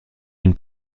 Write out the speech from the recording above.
une